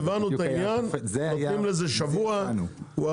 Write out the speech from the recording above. לזה הגענו.